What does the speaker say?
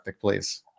please